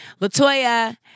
Latoya